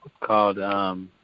called